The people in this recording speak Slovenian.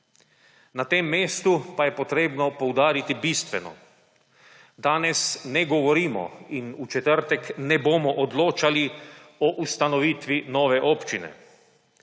Na tem mestu pa je treba poudariti bistveno. Danes ne govorimo in v četrtek ne bomo odločali o ustanovitvi nove občine.